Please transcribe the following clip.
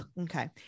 Okay